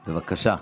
בבקשה.